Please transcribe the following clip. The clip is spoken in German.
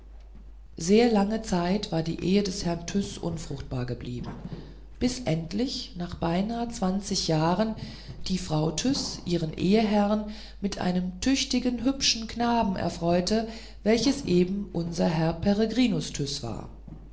sehr lange zeit war die ehe des herrn tyß unfruchtbar geblieben bis endlich nach beinahe zwanzig jahren die frau tyß ihren eheherrn mit einem tüchtigen hübschen knaben erfreute welches eben unser herr peregrinus tyß war